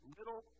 Little